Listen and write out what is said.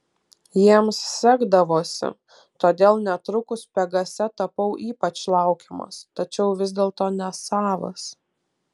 jiems sekdavosi todėl netrukus pegase tapau ypač laukiamas tačiau vis dėlto nesavas